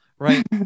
right